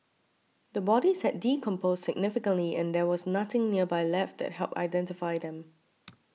the bodies had decomposed significantly and there was nothing nearby left that helped identify them